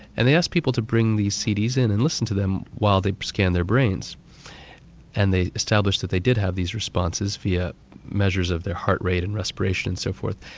and they asked people to bring these cds in and listen to them while they scanned their brains and they established that they did have these responses via measures of their heart rate, aspirations and so forth.